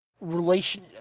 relation